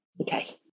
Okay